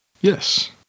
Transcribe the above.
Yes